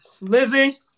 Lizzie